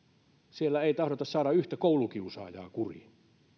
siellä ei tahdota saada yhtä koulukiusaajaa kuriin